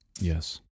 yes